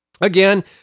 Again